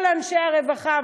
כל אנשי הרווחה,